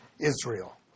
Israel